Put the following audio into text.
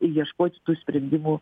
ieškoti tų sprendimų